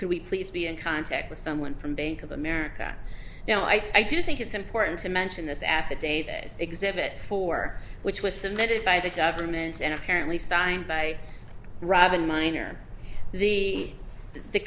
could we please be in contact with someone from bank of america now i do think it's important to mention this affidavit exhibit four which was submitted by the government and apparently signed by robin minor the the